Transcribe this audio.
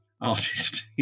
artist